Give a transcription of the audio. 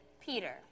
Peter